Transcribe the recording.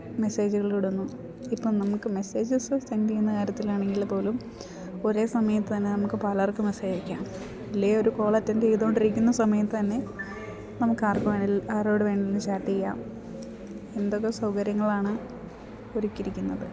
മെസ്സേജുകളിലൂടൊന്നും ഇപ്പം നമുക്ക് messages send ചെയ്യുന്ന കാര്യത്തിൽ ആണെങ്കിൽ പോലും ഒരേ സമയത്ത് തന്നെ നമുക്ക് പലർക്കും മെസ്സേജയക്കാം ഇല്ലേ ഒരു കോൾ അറ്റൻഡ് ചെയ്തോണ്ടിരിക്കുന്ന സമയത്ത് തന്നെ നമുക്ക് ആർക്ക് വേണേൽ ആരോട് വേണേലും ചാറ്റ് ചെയ്യാം എന്തൊക്കെ സൗകര്യങ്ങളാണ് ഒരുക്കിയിരിക്കുന്നത്